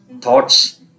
Thoughts